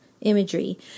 imagery